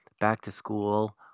back-to-school